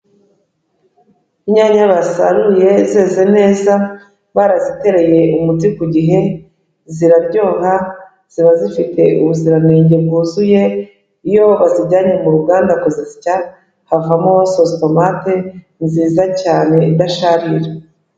Inyanya basaruye zeze neza, barazitereye umuti ku gihe, ziraryoha, ziba zifite ubuziranenge bwuzuye, iyo bazijyanye mu ruganda kuzisya havamo sositomate nziza cyane idasharira.